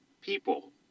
people